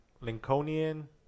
Lincolnian